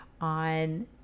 on